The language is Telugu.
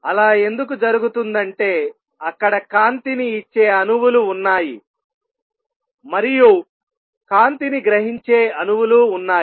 అలా ఎందుకు జరుగుతుందంటే అక్కడ కాంతిని ఇచ్చే అణువులు ఉన్నాయి మరియు కాంతిని గ్రహించే అణువులు ఉన్నాయి